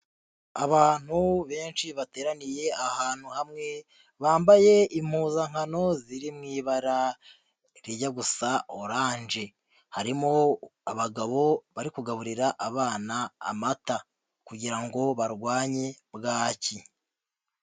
Abantu benshi bateraniye ahantu hamwe bambaye impuzankano ziri mu ibara rijya gusa oranje, harimo abagabo bari kugaburira abana amata kugirango barwanye bwaki..